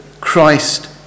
Christ